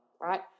right